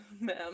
ma'am